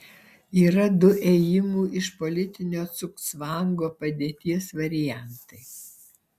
yra du ėjimų iš politinio cugcvango padėties variantai